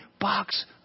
box